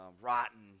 rotten